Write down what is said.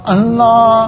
Allah